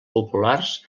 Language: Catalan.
populars